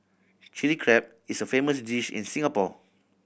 Chilli Crab is a famous dish in Singapore